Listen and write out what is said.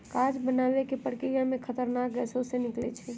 कागज बनाबे के प्रक्रिया में खतरनाक गैसें से निकलै छै